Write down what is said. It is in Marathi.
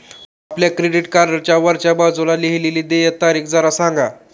आपल्या क्रेडिट कार्डच्या वरच्या बाजूला लिहिलेली देय तारीख जरा सांगा